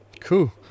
Cool